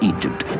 Egypt